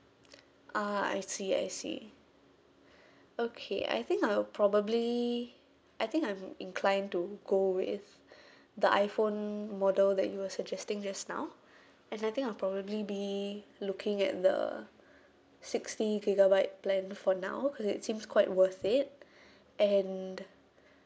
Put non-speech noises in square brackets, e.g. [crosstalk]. ah I see I see okay I think I'll probably I think I'm inclined to go with [breath] the iphone model that you were suggesting just now and I think I'll probably be looking at the sixty gigabyte plan for now cause it seems quite worth it and